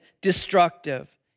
destructive